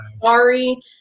sorry